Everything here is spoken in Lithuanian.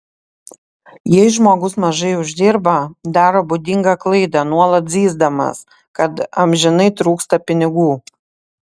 jei žmogus mažai uždirba daro būdingą klaidą nuolat zyzdamas kad amžinai trūksta pinigų